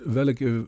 welke